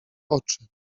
oczy